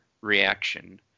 reaction